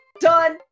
done